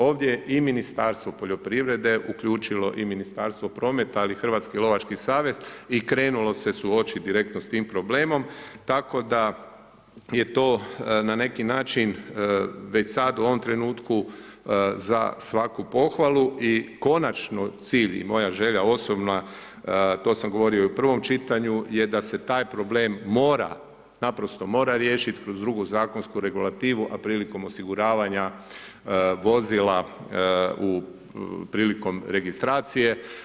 Ovdje i Ministarstvo poljoprivrede uključilo i Ministarstvo prometa, ali i Hrvatski lovački savez i krenulo se suočiti direktno sa tim problem tako da je to na neki način već sad, u ovom trenutku, za svaku pohvalu, i konačno cilj i moja želja osobna, to sam govorio i u prvom čitanju, je da se taj problem mora, naprosto mora riješiti kroz drugu zakonsku regulativu, a prilikom osiguravanja vozila prilikom registracijom.